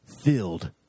filled